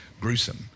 gruesome